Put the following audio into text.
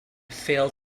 failed